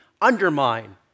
undermine